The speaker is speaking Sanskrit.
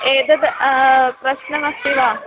एतत् प्रश्नमस्ति वा